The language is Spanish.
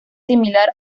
similar